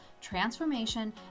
transformation